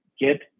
get